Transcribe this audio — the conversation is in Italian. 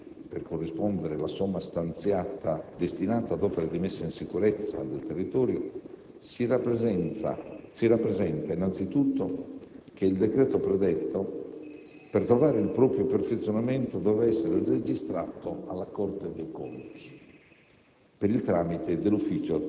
e quali siano i tempi previsti per corrispondere la somma stanziata destinata ad opere di messa in sicurezza del territorio, si rappresenta, innanzitutto, che il decreto predetto, per trovare il proprio perfezionamento, doveva essere registrato alla Corte dei conti,